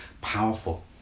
powerful